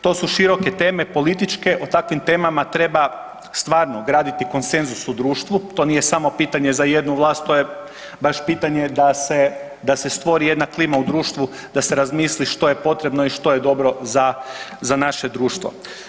To su široke teme političke, o takvim temama treba stvarno graditi konsenzus u društvu, to nije samo pitanje za jednu vlast, to je baš pitanje da se stvori jedna klima u društvu da se razmisli što je potrebno i što je dobro za naše društvo.